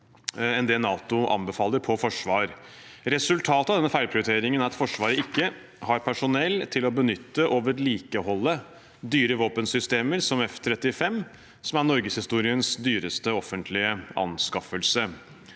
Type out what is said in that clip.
enn det NATO anbefaler, på forsvar. Resultatet av denne feilprioriteringen er at Forsvaret ikke har personell til å benytte og vedlikeholde dyre våpensystemer, som F-35, som er norgeshistoriens dyreste offentlige anskaffelse.